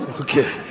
Okay